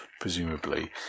presumably